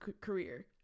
career